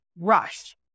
rush